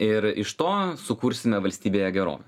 ir iš to sukursime valstybėje gerovę